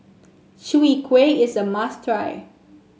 Chwee Kueh is a must try